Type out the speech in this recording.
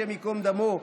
השם ייקום דמו,